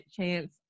chance